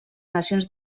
nacions